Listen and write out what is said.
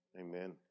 Amen